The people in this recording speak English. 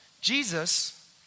Jesus